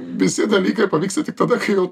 visi dalykai pavyksta tik tada kai jau